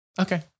Okay